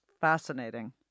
fascinating